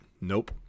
Nope